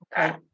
Okay